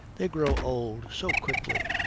they grow old so quickly.